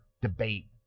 Debate